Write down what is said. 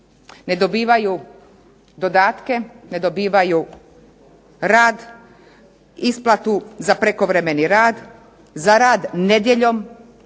Ne dobivaju dodatke, ne dobivaju rad, isplatu za prekovremeni rad, za rad nedjeljom,